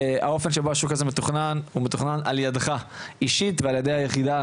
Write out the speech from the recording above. האופן שבו השוק הזה מתוכנן הוא מתוכנן על ידך אישית ועל ידי היחידה